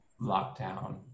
lockdown